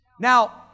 Now